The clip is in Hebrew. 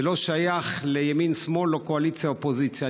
זה לא שייך לימין שמאל או לקואליציה אופוזיציה.